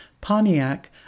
Pontiac